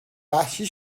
وحشی